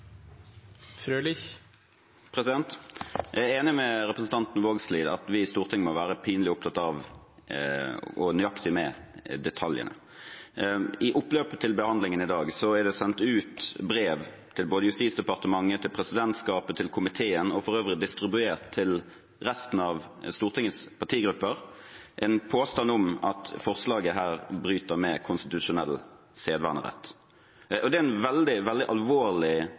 Jeg er enig med representanten Vågslid i at vi i Stortinget må være pinlig opptatt av og nøyaktig med detaljene. I oppløpet til behandlingen i dag er det sendt ut brev til både Justisdepartementet, presidentskapet og komiteen – det er for øvrig også distribuert til resten av Stortingets partigrupper – med en påstand om at forslaget her bryter med konstitusjonell sedvanerett. Det er en veldig, veldig alvorlig